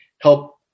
help